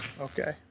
Okay